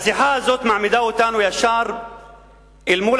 השיחה הזאת מעמידה אותנו ישר אל מול